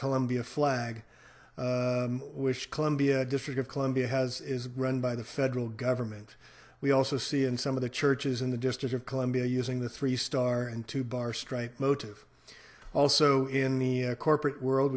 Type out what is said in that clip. columbia flag wished columbia district of columbia has run by the federal government we also see in some of the churches in the district of columbia using the three star and two bar stright motive also in the corporate world